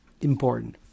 important